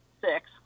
six